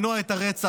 למנוע את הרצח.